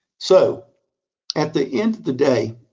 so at the end of the day,